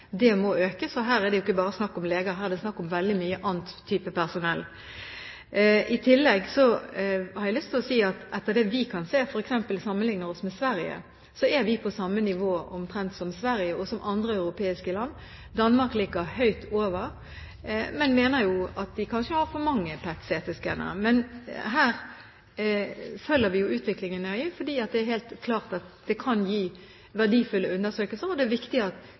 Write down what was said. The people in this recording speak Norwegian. det ikke bare snakk om leger, her er det snakk om veldig mye annen type personell. I tillegg har jeg lyst til å si at etter det vi kan se, er vi på omtrent samme nivå som Sverige og som andre europeiske land. Danmark ligger høyt over, men mener at de kanskje har for mange PET-CT-skannere. Men her følger vi utviklingen nøye, for det er helt klart at det kan gi verdifulle undersøkelser, og det er viktig for de pasientene som trenger den spesielle undersøkelsen, at